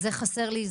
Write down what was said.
זה חסר לי,